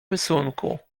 rysunku